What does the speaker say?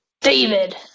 David